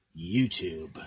YouTube